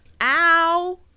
Ow